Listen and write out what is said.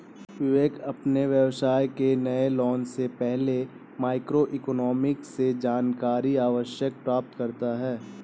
विवेक अपने व्यवसाय के नए लॉन्च से पहले माइक्रो इकोनॉमिक्स से जानकारी अवश्य प्राप्त करता है